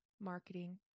marketing